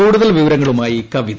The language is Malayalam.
കൂടുതൽ വിവരങ്ങളുമായി കവിത